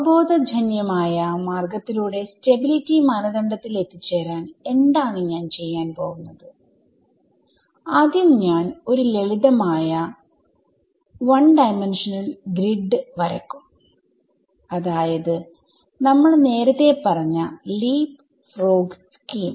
അവബോധജന്യമായ മാർഗത്തിലൂടെ സ്റ്റബിലിറ്റി മാനദണ്ഡത്തിൽ എത്തിച്ചേരാൻ എന്താണ് ഞാൻ ചെയ്യാൻ പോവുന്നത് ആദ്യം ഞാൻ ഒരു ലളിതമായ 1D ഗ്രിഡ് വരക്കുംഅതായത് നമ്മൾ നേരത്തെ പറഞ്ഞ ലീപ്ഫ്രോഗ് സ്കീം